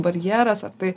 barjeras ar tai